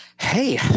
Hey